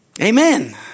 Amen